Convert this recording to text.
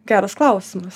geras klausimas